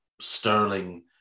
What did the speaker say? Sterling